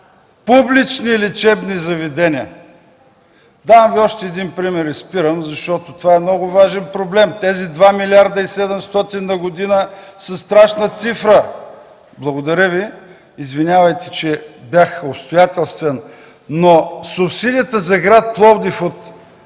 публични лечебни заведения. Давам Ви още един пример и спирам, защото това е много важен проблем: тези 2 млрд. 700 милиона на година са страшна цифра! Извинявайте, че бях обстоятелствен. Субсидията за гр. Пловдив от